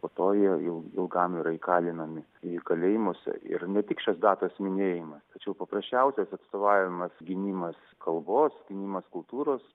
po to jie jau ilgam yra įkalinami į kalėjimus ir ne tik šios datos minėjimas tačiau paprasčiausias atstovavimas gynimas kalbos gynimas kultūros